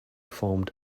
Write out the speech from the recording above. formed